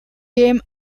game